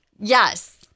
Yes